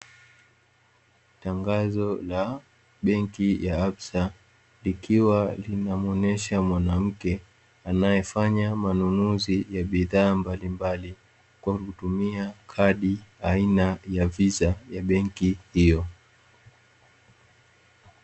Tangazo la benki ya Absa ikiwa linamuonesha mwanamke anaefanya manunuzi ya bidhaa mbalimbali, kwa kutumia kadi aina ya "VISA" ya benki hiyo.